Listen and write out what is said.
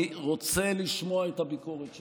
אני רוצה לשמוע את הביקורת שלכם,